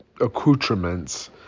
accoutrements